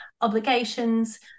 obligations